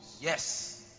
Yes